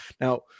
now